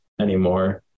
anymore